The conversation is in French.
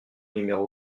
numéro